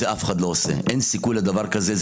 את זה אף אחד לא עושה, אין סיכוי לדבר כזה.